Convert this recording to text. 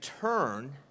turn